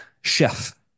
Chef